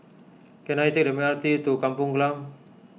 can I take the M R T to Kampung Glam